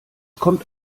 kommt